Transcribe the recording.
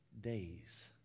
days